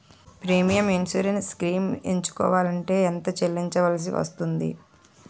Premium insurance schemes ఎంచుకోవలంటే ఎంత చల్లించాల్సివస్తుంది??